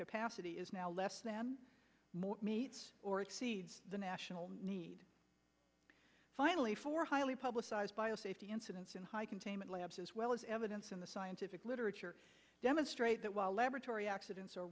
capacity is now less than more meets or exceeds the national need finally for highly publicized safety incidents in high containment labs as well as evidence in the scientific literature demonstrate that while laboratory accidents are